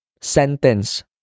sentence